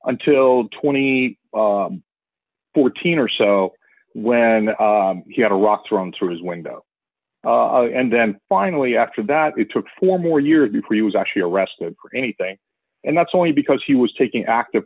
until twenty fourteen or so when he had a rock thrown through his window and then finally after that it took four more years before he was actually arrested for anything and that's only because he was taking active